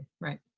Right